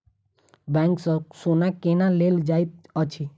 bank सँ सोना केना लेल जाइत अछि